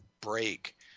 break